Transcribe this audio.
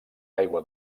aigua